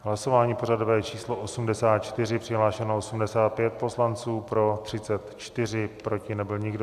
V hlasování pořadové číslo 84 přihlášeno 85 poslanců, pro 34, proti nebyl nikdo.